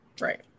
Right